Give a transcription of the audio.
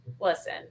listen